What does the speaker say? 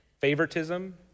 Favoritism